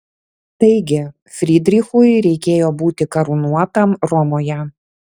taigi frydrichui reikėjo būti karūnuotam romoje